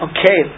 Okay